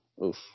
Oof